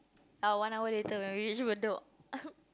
our one hour later when we reach Bedok